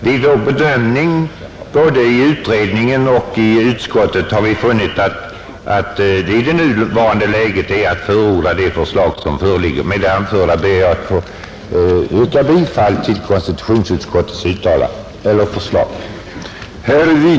Vid vår bedömning både i utredningen och i utskottet har vi funnit det bäst att i nuvarande läge förorda det förslag som här föreligger. Herr talman! Med det anförda ber jag att få yrka bifall till konstitutionsutskottets hemställan.